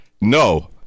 No